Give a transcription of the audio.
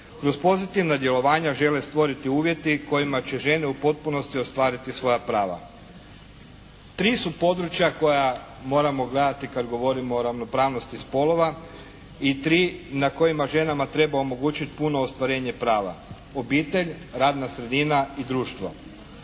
kroz pozitivna djelovanja žele stvoriti uvjeti kojima će žene u potpunosti ostvariti svoja prava. Tri su područja koja moramo gledati kad govorimo o ravnopravnosti spolova i tri na kojima ženama treba omogućit puno ostvarenje prava: obitelj, radna sredina i društvo.